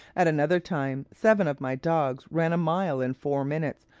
at another time seven of my dogs ran a mile in four minutes,